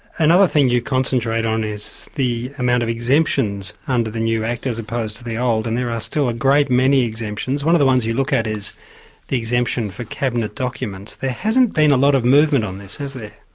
another thing you concentrate on is the amount of exemptions um but the new act, as opposed to the old, and there are still a great many exemptions. one of the ones you look at is the exemption for cabinet documents. there hasn't been a lot of movement on this, has there?